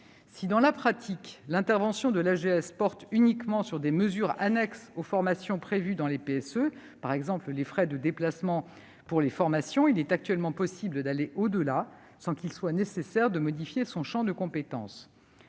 Si, dans la pratique, l'intervention de l'AGS porte uniquement sur des mesures annexes aux formations prévues dans les PSE, par exemple les frais de déplacement pour les formations, il est actuellement possible d'aller au-delà sans qu'il soit nécessaire de modifier son champ de compétences.